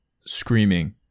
screaming